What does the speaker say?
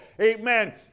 Amen